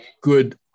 good